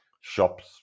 Shops